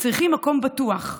צריכים מקום בטוח,